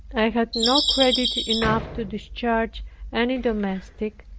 i had not credit enough to discharge any domestic,